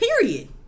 Period